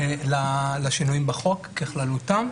ככללותם.